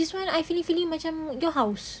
this one I feeling feeling macam your house